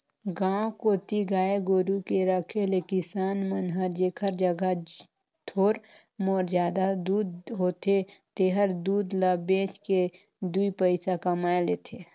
गांव कोती गाय गोरु के रखे ले किसान मन हर जेखर जघा थोर मोर जादा दूद होथे तेहर दूद ल बेच के दुइ पइसा कमाए लेथे